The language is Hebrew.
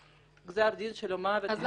גזר הדין שלו הוא מוות, מיכל.